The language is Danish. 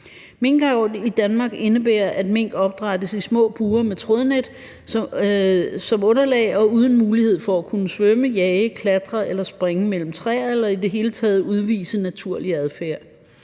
Minkavl i Danmark indebærer, at mink opdrættes i små bure med trådnet som underlag og uden mulighed for at kunne svømme, jage, klatre, springe mellem træer eller i de hele taget udvise naturlig adfærd.